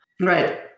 Right